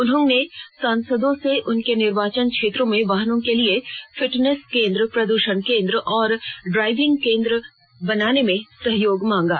उन्होंने सांसदों से उनके निर्वाचन क्षेत्रों में वाहनों के लिए फिटनैस केन्द्र प्रदूषण केन्द्र और ड्राइविंग केन्द्र बनाने में सहयोग मांगा